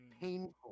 painful